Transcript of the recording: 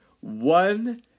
one